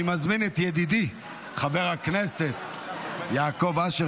אני מזמין את ידידי חבר הכנסת יעקב אשר,